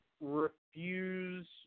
refuse